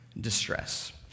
Distress